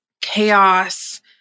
chaos